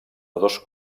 dos